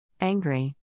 angry